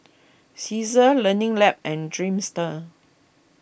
Cesar Learning Lab and Dreamster